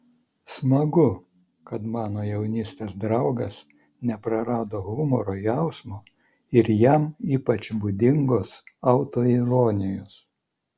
smagu kad mano jaunystės draugas neprarado humoro jausmo ir jam ypač būdingos autoironijos